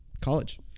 college